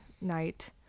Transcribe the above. night